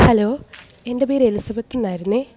hello എൻ്റെ പേര് Elizabeth എന്നായിരുന്നെ